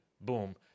Boom